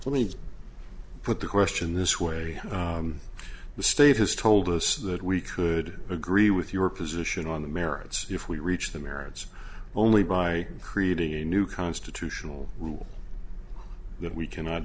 me put the question this way the state has told us that we could agree with your position on the merits if we reach the merits only by creating a new constitutional rule that we cannot